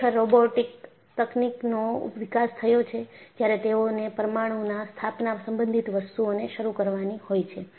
ખરેખર રોબોટિક તકનીકનો વિકાસ થયો છે જ્યારે તેઓને પરમાણુના સ્થાપના સંબંધિત વસ્તુઓને શરૂ કરવાની હોય છે